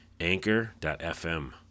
Anchor.fm